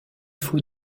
faut